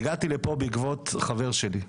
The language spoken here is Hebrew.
הגעתי לפה בעקבות חבר שלי,